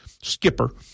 skipper